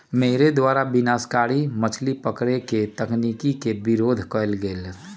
मेरे द्वारा विनाशकारी मछली पकड़े के तकनीक के विरोध कइल गेलय